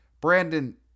Brandon